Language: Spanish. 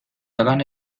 hagan